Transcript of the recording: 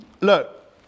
look